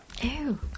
Ew